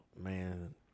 man